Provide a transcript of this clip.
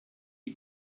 die